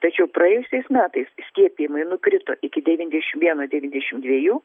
tačiau praėjusiais metais skiepijimai nukrito iki devyniasdešim vieno devyniasdešim dviejų